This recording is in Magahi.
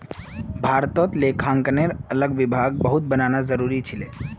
भारतत लेखांकनेर अलग विभाग बहुत बनाना जरूरी छिले